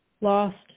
Lost